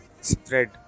spread